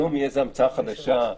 היום תהיה המצאה חדשה,